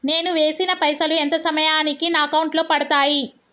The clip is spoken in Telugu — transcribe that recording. నేను వేసిన పైసలు ఎంత సమయానికి నా అకౌంట్ లో పడతాయి?